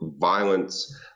violence